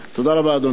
תודה רבה, אדוני.